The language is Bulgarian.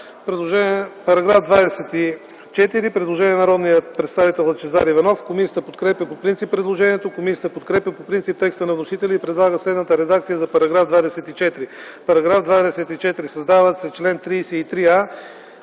По § 24 има предложение от народния представител Лъчезар Иванов. Комисията подкрепя по принцип предложението. Комисията подкрепя по принцип текста на вносителя и предлага следната редакция за § 24: „§ 24. Създават се чл. 33а